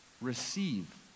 Receive